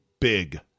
big